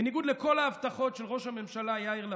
בניגוד לכל ההבטחות של ראש הממשלה יאיר לפיד,